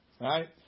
Right